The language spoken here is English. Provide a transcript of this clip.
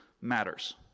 matters